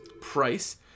price